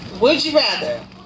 would-you-rather